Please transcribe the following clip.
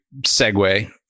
segue